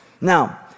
Now